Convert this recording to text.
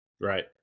Right